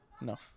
no